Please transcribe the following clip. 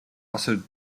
also